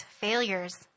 failures